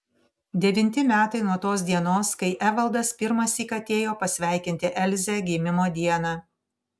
devinti metai nuo tos dienos kai evaldas pirmąsyk atėjo pasveikinti elzę gimimo dieną